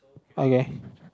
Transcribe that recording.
okay